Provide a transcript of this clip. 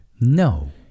No